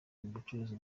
bucuruzi